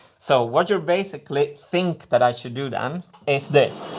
so what you basically think that i should do then is this